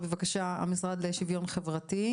בבקשה המשרד לשוויון חברתי.